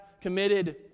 committed